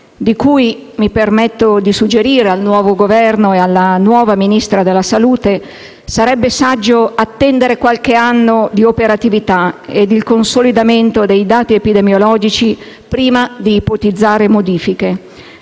di cui - mi permetto di suggerire al nuovo Governo e alla nuova Ministra della salute - sarebbe saggio attendere qualche anno di operatività e il consolidamento dei dati epidemiologici prima di ipotizzare modifiche.